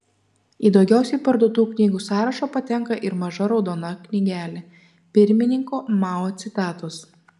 į daugiausiai parduotų knygų sąrašą patenka ir maža raudona knygelė pirmininko mao citatos